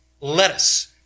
Lettuce